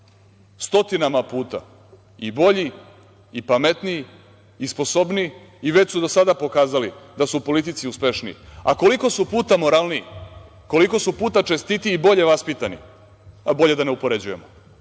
stotinama puta i bolji i pametniji i sposobniji i već su do sada pokazali da su u politici uspešniji, a koliko su puta moralniji, koliko puta su čestitiji i bolje vaspitani, bolje da ne upoređujemo.